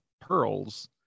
pearls